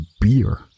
beer